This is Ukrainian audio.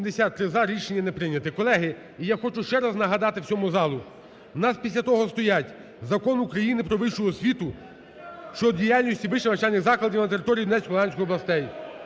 За-73 Рішення не прийнято. Колеги, і я хочу ще раз нагадати всьому залу. У нас після того стоять: Закон України "Про вищу освіту" щодо діяльності вищих навчальних закладів на території Донецької та Луганської областей,